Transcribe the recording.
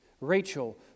Rachel